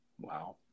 Wow